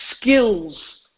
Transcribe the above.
skills